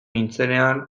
nintzenean